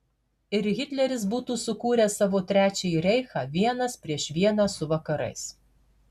ir hitleris būtų sukūręs savo trečiąjį reichą vienas prieš vieną su vakarais